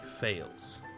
fails